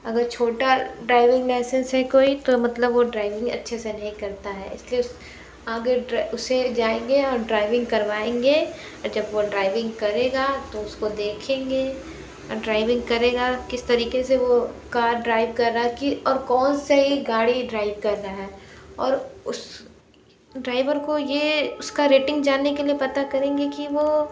अगर छोटा driving licence है कोई तो मतलब वो ड्राइविंग अच्छे से नहीं करता है इसलिए उस अगर उसे जाएंगे और ड्राइविंग करवाएँगे और जब वो ड्राइविंग करेगा तो उसको देखंगे और ड्राइविंग करेगा किस तरीके से वो कार ड्राइव कर रहा की और कौन सी गाड़ी ड्राइव कर रहा है और उस ड्राइवर को ये उसका रेटिंग जानने के लिए पता करेंगे कि वो